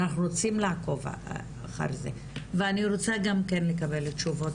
אנחנו רוצים לעקוב אחרי זה ואני רוצה גם כן לקבל תשובות,